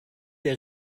der